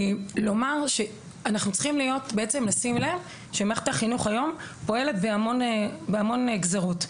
אנחנו צריכים לשים לב שמערכת החינוך היום פועלת בהמון גזרות.